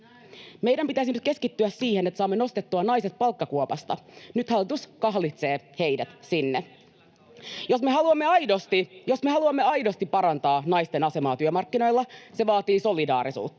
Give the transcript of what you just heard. Meidän pitäisi nyt keskittyä siihen, että saamme nostettua naiset palkkakuopasta. Nyt hallitus kahlitsee heidät sinne. [Pia Sillanpään välihuuto] Jos me haluamme aidosti parantaa naisten asemaa työmarkkinoilla, se vaatii solidaarisuutta.